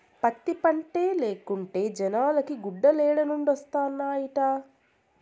పత్తి పంటే లేకుంటే జనాలకి గుడ్డలేడనొండత్తనాయిట